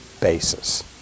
basis